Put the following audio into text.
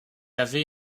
avait